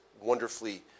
wonderfully